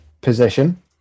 position